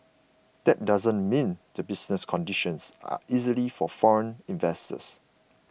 that doesn't mean the business conditions are easy for foreign investors